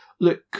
look